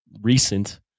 recent